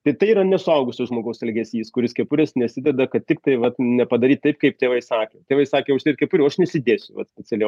tai tai yra ne suaugusio žmogaus elgesys kuris kepurės nesideda kad tiktai vat nepadaryt taip kaip tėvai sakė tėvai sakė užsidėt kepurę o aš nesidėsiu vat specialiai o